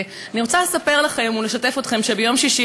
אני רוצה לספר לכם ולשתף אתכם שביום שישי